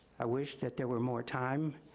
i wish that there were more time